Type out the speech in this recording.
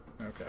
Okay